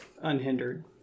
unhindered